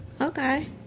okay